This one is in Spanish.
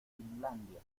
finlandia